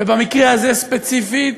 ובמקרה הזה ספציפית,